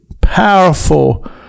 powerful